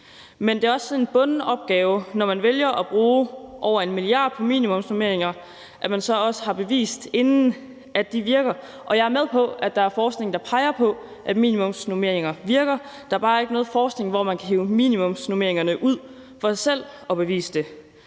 Men det er også en bunden opgave, når man vælger at bruge over 1 mia. kr. på minimumsnormeringer, at man så også har bevist inden, at de virker. Jeg er med på, at der er forskning, der peger på, at minimumsnormeringer virker, der er bare ikke noget forskning, hvor man kan hive minimumsnormeringerne ud for sig selv og bevise det.